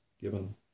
given